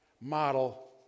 model